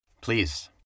Please